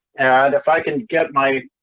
and if i can get my